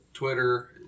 Twitter